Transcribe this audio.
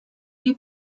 you